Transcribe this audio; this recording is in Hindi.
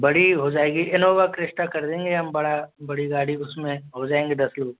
बड़ी हो जाएगी इनोवा क्रिस्टा कर देंगे हम बड़ा बड़ी गाड़ी उसमें हो जाएँगे दस लोग